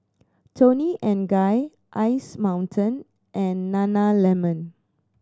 Toni and Guy Ice Mountain and Nana Lemon